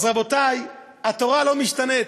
אז רבותי, התורה לא משתנה.